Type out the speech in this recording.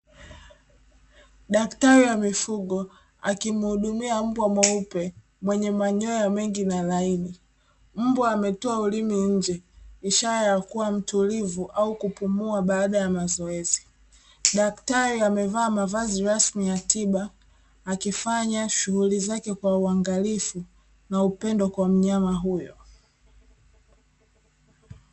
Daktari wa mifugo akimhudumia mbwa mweupe, mwenye manyoya mengi na laini. Mbwa ametoa ulimi nje, ishara ya kua mtulivu au kupumua baada ya mazoezi. Daktari amevaa mavazi rasmi ya tiba, akifanya shughuli zake kwa uangalifu, na upendo kwa mnyama huyo.